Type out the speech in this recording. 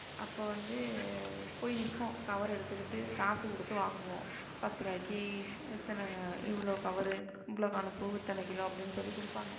அப்போ வந்து போய் நிற்போம் கவர் எடுத்துக்கிட்டு காசு கொடுத்து வாங்குவோம் பத்து ரூபாய்க்கு இத்தனை இவ்வளோ கவரு இவ்வளோ காணும் பூ இத்தனை கிலோ அப்படின்னு சொல்லிக் கொடுப்பாங்க